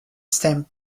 stamp